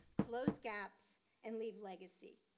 close gaps and leave legacy,